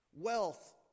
Wealth